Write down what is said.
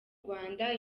rwanda